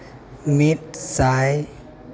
ᱢᱤᱫ ᱥᱟᱭ